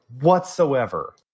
whatsoever